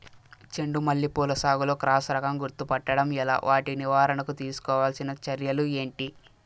చెండు మల్లి పూల సాగులో క్రాస్ రకం గుర్తుపట్టడం ఎలా? వాటి నివారణకు తీసుకోవాల్సిన చర్యలు ఏంటి?